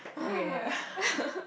okay